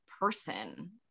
person